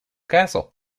castle